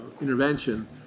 intervention